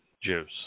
Jews